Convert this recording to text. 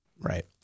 Right